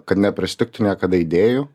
kad nepristigtų niekada idėjų